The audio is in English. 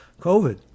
COVID